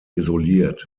isoliert